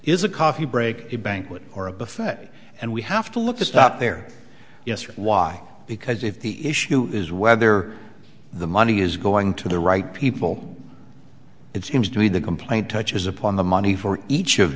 is a coffee break the bank would or a buffet and we have to look this up there yes or why because if the issue is whether the money is going to the right people it seems to me the complaint touches upon the money for each of